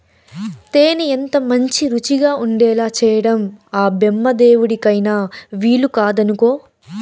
తేనె ఎంతమంచి రుచిగా ఉండేలా చేయడం ఆ బెమ్మదేవుడికైన వీలుకాదనుకో